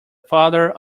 father